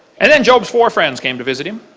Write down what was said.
and then job's four friends came to visit him.